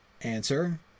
Answer